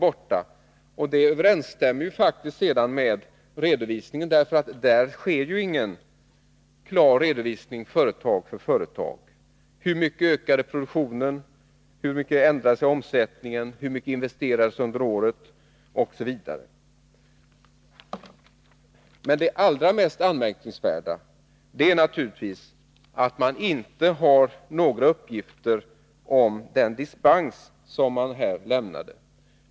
Detta avspeglas i redovisningen, för där görs ju ingen klar redovisning företag för företag — hur mycket produktionen ökade, hur mycket omsättningen ändrades, hur mycket som investerades under året, OSV. Men det allra mest anmärkningsvärda är naturligtvis att man inte har några uppgifter om den dispens som man här lämnade.